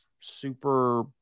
super